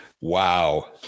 Wow